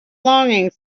longing